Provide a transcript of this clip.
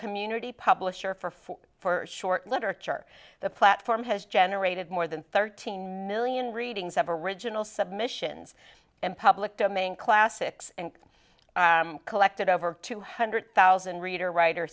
community publisher for for for short literature the platform has generated more than thirteen million readings of original submissions and public domain classics and collected over two hundred thousand reader writer